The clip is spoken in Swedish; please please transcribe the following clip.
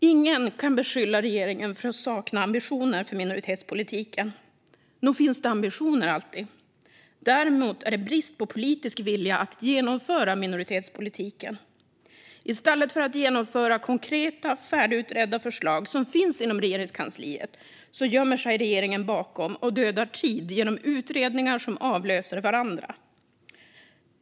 Ingen kan beskylla regeringen för att sakna ambitioner för minoritetspolitiken. Nog finns det ambitioner alltid. Däremot är det brist på politisk vilja att genomföra minoritetspolitik. I stället för att genomföra konkreta, färdigutredda förslag som finns inom Regeringskansliet ödar regeringen tid och gömmer sig bakom utredningar som avlöser varandra.